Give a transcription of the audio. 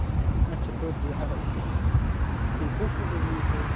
اَچھا پٔر ڈے اَکھ اَکھ ٹھیٖک کُس کُس حظ ووٚنوٕ تۅہہِ